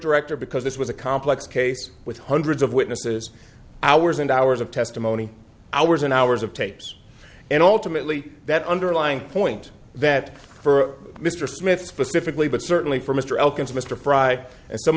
director because this was a complex case with hundreds of witnesses hours and hours of testimony hours and hours of tapes and ultimately that underlying point that for mr smith specifically but certainly for mr elkins mr fry and some